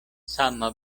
sama